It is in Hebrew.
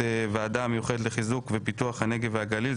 ועדה מיוחדת לחיזוק ופיתוח הנגב והגליל.